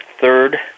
third